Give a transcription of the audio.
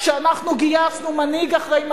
כשאנחנו גייסנו מנהיג אחרי מנהיג,